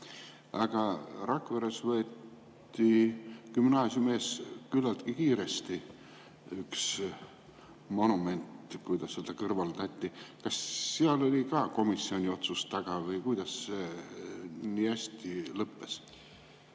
Rakveres võeti gümnaasiumi ees küllaltki kiiresti üks monument maha, kuidas öelda, kõrvaldati. Kas seal oli ka komisjoni otsus taga või kuidas see nii hästi lõppes?